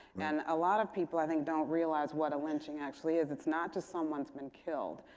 and a lot of people, i think, don't realize what a lynching actually is. it's not just someone's been killed.